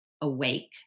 awake